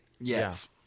yes